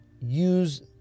use